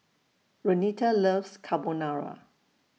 Renita loves Carbonara